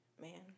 man